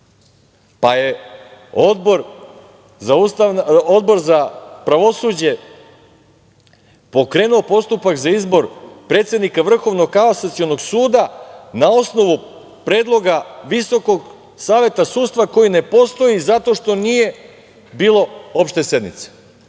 pa je Odbor za pravosuđe pokrenuo postupak za izbor predsednika Vrhovnog kasacionog suda na osnovu predloga Visokog saveta sudstva koji ne postoji zato što nije bilo opšte